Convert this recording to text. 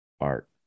art